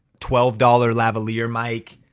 twelve dollars lavalier mic,